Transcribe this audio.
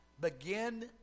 Begin